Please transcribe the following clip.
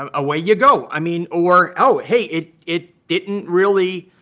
um away you go. i mean or oh, hey, it it didn't really